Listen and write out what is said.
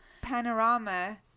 panorama